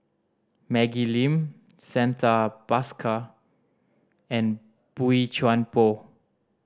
Maggie Lim Santha Bhaskar and Boey Chuan Poh